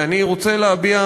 ואני רוצה להביע,